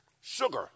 Sugar